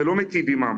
זה לא מיטיב עימם.